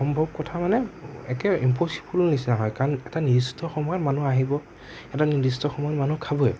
অসম্ভৱ কথা মানে একেবাৰে ইম্পছিব'ল নিচিনা হয় কাৰণ এটা নিৰ্দিষ্ট সময়ত মানুহ আহিব এটা নিৰ্দিষ্ট সময়ত মানুহ খাবই